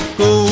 go